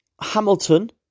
Hamilton